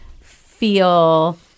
feel